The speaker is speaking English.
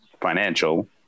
financial